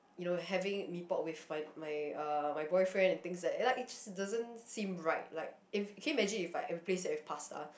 you know having mee pok with my my uh my boyfriend and things like like it just doesn't seem right like if can you imagine I replace that with pasta